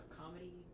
comedy